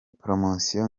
poromosiyo